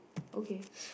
okay